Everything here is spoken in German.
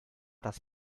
das